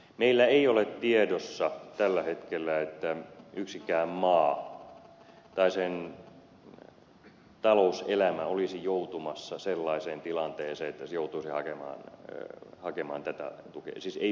meillä ei ole tiedossa tällä hetkellä että yksikään maa tai sen talouselämä olisi joutumassa sellaiseen tilanteeseen että se joutuisi hakemaan tätä tukea siis ei minkäännäköistä tietoa